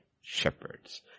shepherds